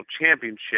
championship